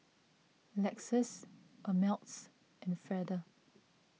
Lexus Ameltz and Feather